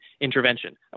intervention